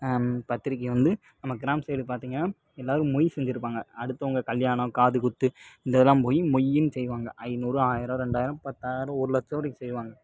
பத்திரிக்கை வந்து நம்ம கிராமத்து சைடு பார்த்தீங்கன்னா எல்லாேரும் மொய் செஞ்சுருப்பாங்க அடுத்தவங்க கல்யாணம் காதுக்குத்து இந்த இதெல்லாம் போயி மொய்ன்னு செய்வாங்க ஐந்நூறு ஆயிரம் ரெண்டாயிரம் பத்தாயிரம் ஒரு லட்சம் வரைக்கும் செய்வாங்க